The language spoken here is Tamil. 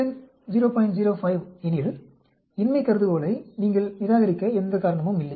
05 எனில் இன்மை கருதுகோளை நீங்கள் நிராகரிக்க எந்த காரணமும் இல்லை